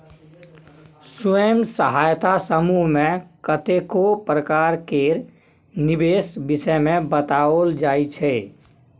स्वयं सहायता समूह मे कतेको प्रकार केर निबेश विषय मे बताओल जाइ छै